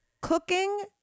cooking